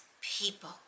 people